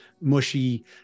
mushy